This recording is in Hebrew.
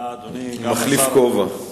אני מחליף כובע.